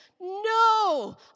no